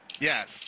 Yes